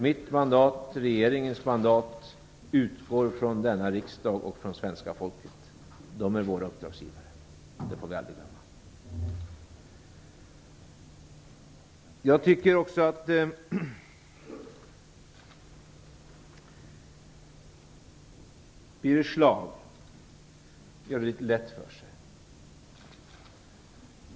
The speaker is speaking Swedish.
Mitt och regeringens mandat utgår från denna riksdag och från svenska folket. Det är våra uppdragsgivare. Det får vi aldrig glömma. Jag tycker också att Birger Schlaug gjorde det litet lätt för sig.